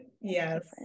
Yes